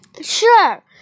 Sure